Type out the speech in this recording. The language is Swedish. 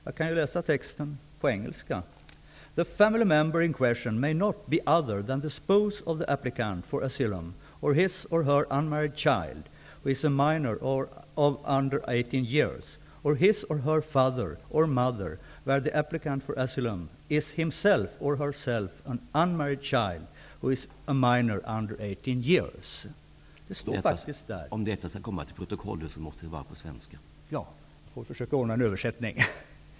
Jag översätter till svenska: ''Den ifrågavarande familjemedlemmen får inte vara annan än maka/make till den asylsökande eller hans eller hennes ogifta minderåriga barn , eller hans eller hennes far eller mor, där asylsökanden själv är en minderårig under 18 år.''